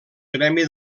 gremi